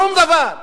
שום דבר.